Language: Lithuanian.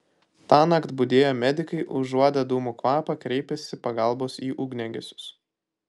tąnakt budėję medikai užuodę dūmų kvapą kreipėsi pagalbos į ugniagesius